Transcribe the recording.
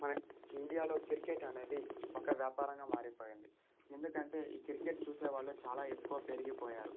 మన ఇండియాలో క్రికెట్ అనేది ఒక వ్యాపారంగా మారిపోయింది ఎందుకంటే ఈ క్రికెట్ చూసేవాళ్ళు చాలా ఎక్కువ పెరిగిపోయారు